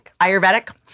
Ayurvedic